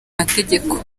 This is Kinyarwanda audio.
mategeko